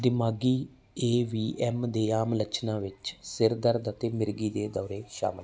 ਦਿਮਾਗੀ A V M ਦੇ ਆਮ ਲੱਛਣਾਂ ਵਿੱਚ ਸਿਰ ਦਰਦ ਅਤੇ ਮਿਰਗੀ ਦੇ ਦੌਰੇ ਸ਼ਾਮਲ ਹਨ